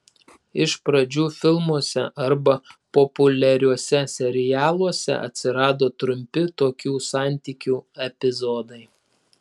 iš pradžių filmuose arba populiariuose serialuose atsirado trumpi tokių santykių epizodai